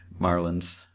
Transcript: Marlins